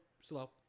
slow